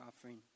offering